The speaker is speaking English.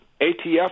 atf